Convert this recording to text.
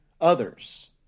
others